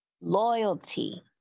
loyalty